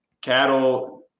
cattle